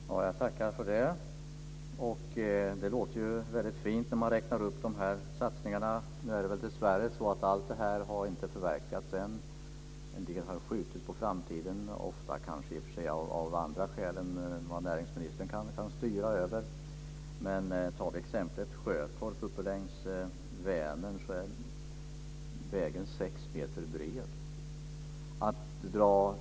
Herr talman! Jag tackar för det. Det låter ju väldigt fint när man räknar upp de här satsningarna. Nu är det dessvärre så att allt det här inte har förverkligats än. En del har skjutits på framtiden - ofta kanske i och för sig av andra skäl än vad näringsministern kan styra över. Tar vi exemplet Sjötorp uppe längs Vänern så är vägen sex meter bred.